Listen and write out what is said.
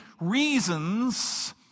reasons